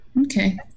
Okay